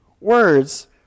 Words